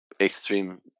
extreme